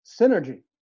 synergy